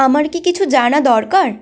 আমার কি কিছু জানা দরকার